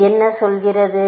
இது என்ன சொல்கிறது